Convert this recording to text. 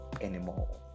anymore